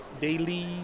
daily